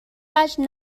وجه